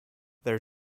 their